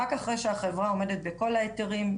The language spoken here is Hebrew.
רק אחרי שהחברה עומדת בכל ההיתרים,